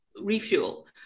refuel